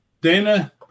Dana